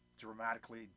dramatically